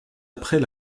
après